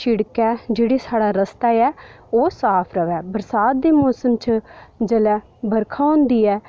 शिड़क ऐ जेह्ड़ी साढ़ा रस्ता ऐ ओह् साफ र'वै बरसात दे मौसम च जेल्लै बरखा होंदी ऐ